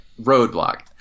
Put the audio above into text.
Roadblock